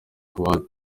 kuwait